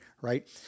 right